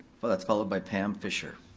but that's followed by pam fischer.